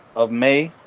of may.